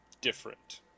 different